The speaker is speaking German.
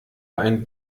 ein